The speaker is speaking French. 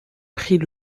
prit